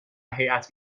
هیات